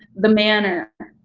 the manor.